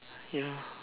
ya